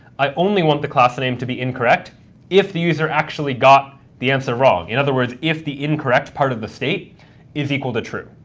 i only want the class name to be incorrect if the user actually got the answer wrong. in other words, if the incorrect part of the state is equal to true.